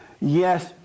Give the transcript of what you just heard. yes